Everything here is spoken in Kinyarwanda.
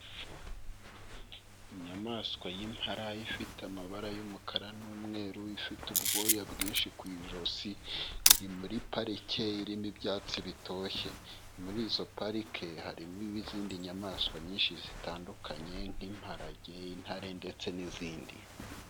Inyamaswa y'impara, ifite amabara y'umukara n'umweru, ifite ubwoya bwinshi ku ijosi, iri muri parike irimo ibyatsi bitoshye, muri izo parike harimo izindi nyamaswa nyinshi zitandukanye, nk'imparage, intare, ndetse n'izindi.